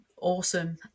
awesome